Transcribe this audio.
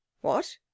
What